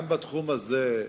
גם בתחום הזה,